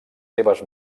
seves